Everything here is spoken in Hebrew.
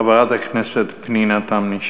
חברת הכנסת פנינה תמנו-שטה.